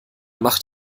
macht